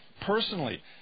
personally